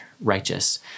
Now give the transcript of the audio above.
righteous